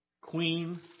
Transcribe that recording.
queen